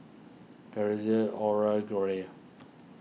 Corliss Oral Greg